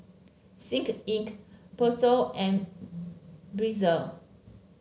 Sick Inc Persil and Breezer